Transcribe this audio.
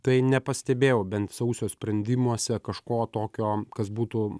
tai nepastebėjau bent sausio sprendimuose kažko tokio kas būtų